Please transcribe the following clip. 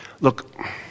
look